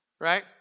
right